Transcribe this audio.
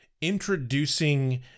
introducing